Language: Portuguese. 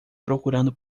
procurando